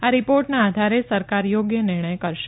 આ રીપોર્ટના આધારે સરકાર થોગ્ય નિર્ણથ કરશે